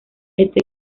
este